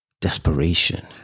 desperation